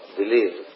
believe